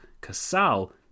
Casal